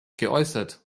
geäußert